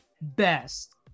best